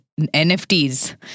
NFTs